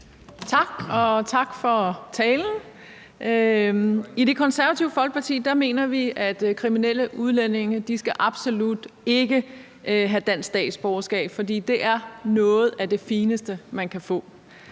Tak, og tak for talen. I Det Konservative Folkeparti mener vi, at kriminelle udlændinge absolut ikke skal have dansk statsborgerskab, fordi det er noget af det fineste, man kan få.